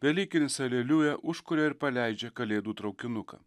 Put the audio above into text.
velykinis aleliuja užkuria ir paleidžia kalėdų traukinuką